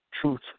Truth